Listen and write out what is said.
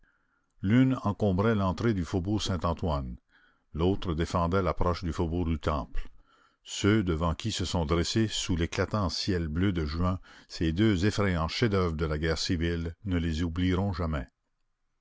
l'une encombrait l'entrée du faubourg saint-antoine l'autre défendait l'approche du faubourg du temple ceux devant qui se sont dressés sous l'éclatant ciel bleu de juin ces deux effrayants chefs-d'oeuvre de la guerre civile ne les oublieront jamais